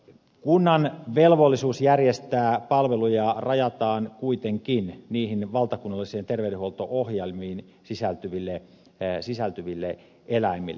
kunnan velvollisuus järjestää palveluja rajataan kuitenkin niihin valtakunnallisiin terveydenhuolto ohjelmiin sisältyville eläimille